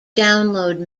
download